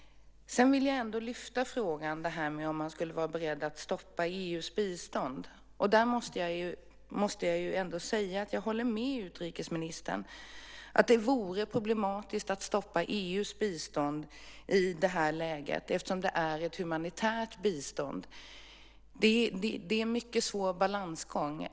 Jag vill lyfta frågan om man skulle vara beredd att stoppa EU:s bistånd. Där måste jag säga att jag håller med utrikesministern. Det vore problematiskt att stoppa EU:s bistånd i det här läget eftersom det är ett humanitärt bistånd. Det är en mycket svår balansgång.